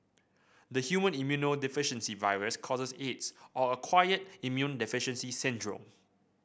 the human immunodeficiency virus causes Aids or acquired immune deficiency syndrome